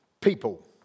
people